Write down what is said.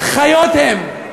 חיות הם,